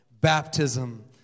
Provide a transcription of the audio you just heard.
baptism